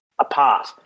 apart